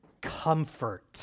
comfort